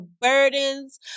burdens